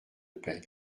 paix